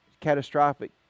catastrophic